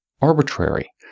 arbitrary